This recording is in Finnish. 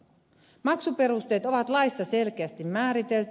maksuperusteet ovat laissa selkeästi määritelty